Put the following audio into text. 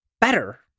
better